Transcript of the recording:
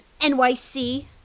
NYC